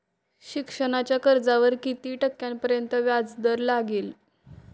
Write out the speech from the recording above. शिक्षणाच्या कर्जावर किती टक्क्यांपर्यंत व्याजदर लागेल?